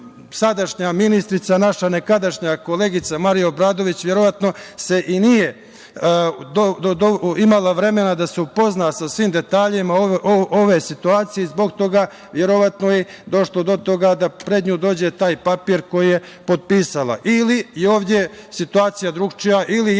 sadašnja ministarka, a nekadašnja koleginica Marija Obradović verovatno i nije imala vremena da se upozna sa svim detaljima ove situacije. Zbog toga je verovatno i došlo do toga da pred nju dođe taj papir koji je potpisala. Ili je ovde situacija drugačija ili